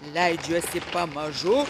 leidžiuosi pamažu